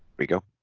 we go